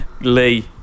Lee